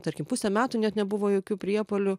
tarkim pusę metų net nebuvo jokių priepuolių